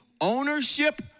ownership